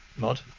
mod